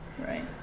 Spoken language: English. right